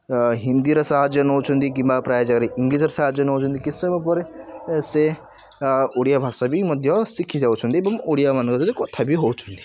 ହିନ୍ଦୀର ସାହାଯ୍ୟ ନେଉଛନ୍ତି କି ପ୍ରାୟ ଜାଗାରେ ଇଂଗ୍ଲିଶ୍ର ସାହାଯ୍ୟ ନେଉଛନ୍ତି କି ସମୟ ପରେ ସେ ଓଡ଼ିଆ ଭାଷା ବି ମଧ୍ୟ ଶିଖି ଯାଉଛନ୍ତି ଏବଂ ଓଡ଼ିଆମାନଙ୍କ ସହିତ କଥା ବି ହେଉଛନ୍ତି